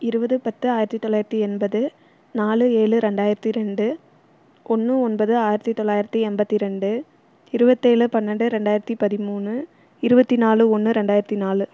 இருபது பத்து ஆயிரத்து தொள்ளாயிரத்து எண்பது நாலு ஏழு ரெண்டாயிரத்து ரெண்டு ஒன்று ஒன்பது ஆயிரத்து தொள்ளாயிரத்து எண்பத்தி ரெண்டு இருபத்தேழு பன்னெண்டு ரெண்டாயிரத்து பதிமூணு இருபத்தி நாலு ஒன்று ரெண்டாயிரத்து நாலு